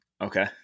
Okay